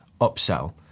upsell